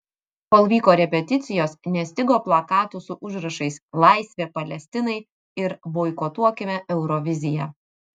kol vyko repeticijos nestigo plakatų su užrašais laisvė palestinai ir boikotuokime euroviziją